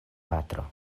patro